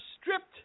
stripped